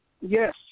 Yes